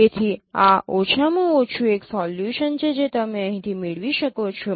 તેથી આ ઓછામાં ઓછું એક સોલ્યુશન છે જે તમે અહીંથી મેળવી શકો છો